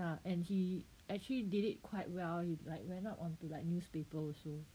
ya and he actually did it quite well he like went up onto like newspaper also